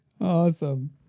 Awesome